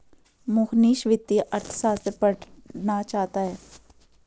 मोहनीश वित्तीय अर्थशास्त्र पढ़ना चाहता है